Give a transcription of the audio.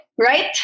right